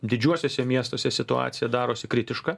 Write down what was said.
didžiuosiuose miestuose situacija darosi kritiška